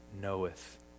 knoweth